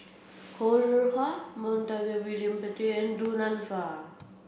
Ho Rih Hwa Montague William Pett and Du Nanfa